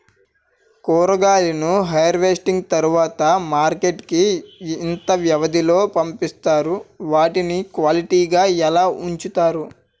కూరగాయలను హార్వెస్టింగ్ తర్వాత మార్కెట్ కి ఇంత వ్యవది లొ పంపిస్తారు? వాటిని క్వాలిటీ గా ఎలా వుంచుతారు?